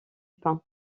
pain